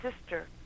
sister